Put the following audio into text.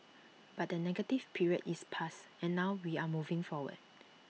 but the negative period is past and now we are moving forward